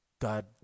God